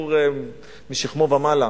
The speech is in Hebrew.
בחור משכמו ומעלה,